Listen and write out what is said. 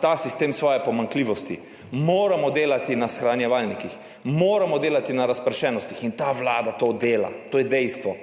Ta sistem ima svoje pomanjkljivosti. Moramo delati na shranjevalnikih, moramo delati na razpršenostih, ta vlada to dela, to je dejstvo,